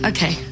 Okay